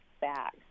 back